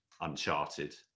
Uncharted